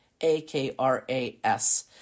A-K-R-A-S